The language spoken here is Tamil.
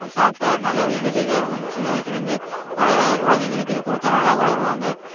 இது சாப்பிட்டா நல்ல ஒரு எனர்ஜிக்காக இருக்கும் சின்ன வயதுலேந்து வளராத குழந்தைங்களுக்கு இதை கொடுத்தா நல்லா வளருவாங்க